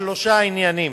בשלושה עניינים: